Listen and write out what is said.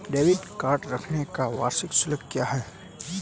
Debit card रखने का वार्षिक शुल्क क्या है?